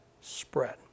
spread